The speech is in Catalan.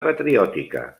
patriòtica